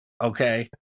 Okay